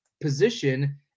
position